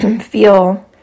feel